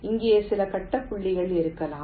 இங்கே சில கட்ட புள்ளிகள் இருக்கலாம்